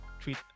treat